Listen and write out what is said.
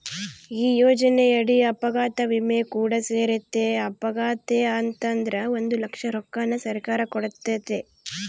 ಈ ಯೋಜನೆಯಡಿ ಅಪಘಾತ ವಿಮೆ ಕೂಡ ಸೇರೆತೆ, ಅಪಘಾತೆ ಆತಂದ್ರ ಒಂದು ಲಕ್ಷ ರೊಕ್ಕನ ಸರ್ಕಾರ ಕೊಡ್ತತೆ